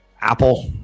apple